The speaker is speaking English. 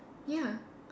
ya